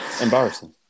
embarrassing